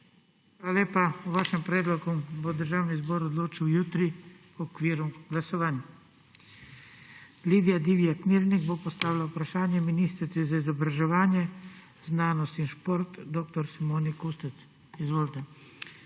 lepa. O vašem predlogu bo Državni zbor odločal jutri v okviru glasovanj. Lidija Divjak Mirnik bo postavila vprašanje ministrici za izobraževanje, znanost in šport dr. Simoni Kustec. Izvolite.